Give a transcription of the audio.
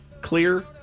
Clear